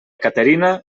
caterina